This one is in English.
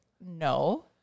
no